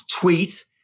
tweet